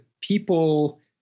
people